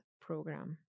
program